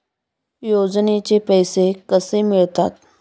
योजनेचे पैसे कसे मिळतात?